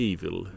Evil